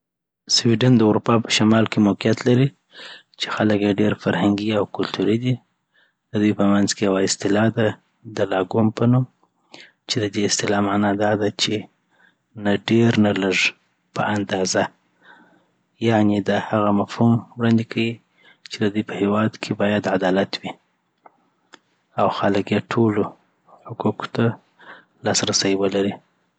سویډن د اروپا په شمال کي موقیعت لری چي خلک یی ډیر فرهنګي او کلتوري دي ددوی په منځ کي یو اصطلاح ده دلاګوم په نوم چي ددی اصطلاح معنی داده چي نه ډیر نه لږ په اندازه یعنی دا هغه مفهوم وړاندی کیی چي ددوي په هیواد کي باید عدالت وی او خلک یی ټولو حقوقو ته لاسرسی ولري